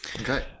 Okay